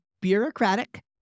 bureaucratic